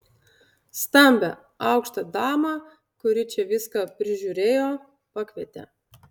stambią aukštą damą kuri čia viską prižiūrėjo pakvietė